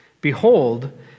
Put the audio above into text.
Behold